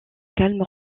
calme